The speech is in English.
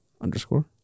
underscore